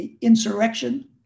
insurrection